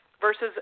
versus